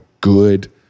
good